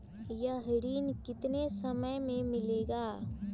यह ऋण कितने समय मे मिलेगा?